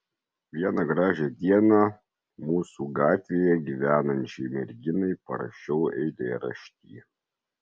vieną gražią dieną mūsų gatvėje gyvenančiai merginai parašiau eilėraštį